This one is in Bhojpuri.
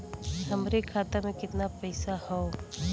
हमरे खाता में कितना पईसा हौ?